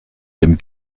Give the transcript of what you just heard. dem